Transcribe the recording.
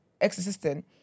ex-assistant